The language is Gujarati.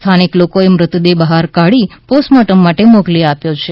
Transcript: સ્થાનિક લોકોએ મૃતદેહ બહાર કાઢી પોસ્ટમોર્ટમ માટે મોકલી આપ્યો છે